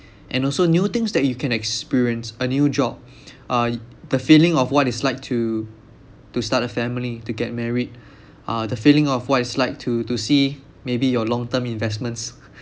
and also new things that you can experience a new job uh the feeling of what it's like to to start a family to get married uh the feeling of what is like to to see maybe your long term investments